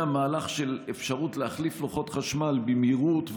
מהלך של אפשרות להחליף לוחות חשמל במהירות,